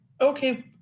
okay